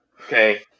okay